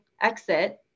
exit